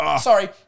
Sorry